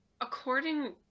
According